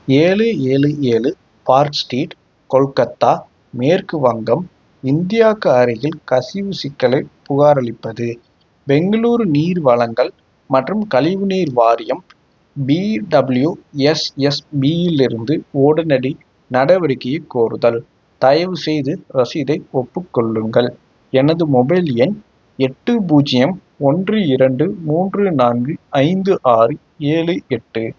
ஏழு ஏழு ஏழு பார்க் ஸ்ட்ரீட் கொல்கத்தா மேற்கு வங்கம் இந்தியாவுக்கு அருகில் கசிவு சிக்கலைப் புகாரளிப்பது பெங்களூரு நீர் வழங்கல் மற்றும் கழிவு நீர் வாரியம் B W S S B இலிருந்து உடனடி நடவடிக்கையைக் கோருதல் தயவுசெய்து ரசீதை ஒப்புக் கொள்ளுங்கள் எனது மொபைல் எண் எட்டு பூஜ்ஜியம் ஒன்று இரண்டு மூன்று நான்கு ஐந்து ஆறு ஏழு எட்டு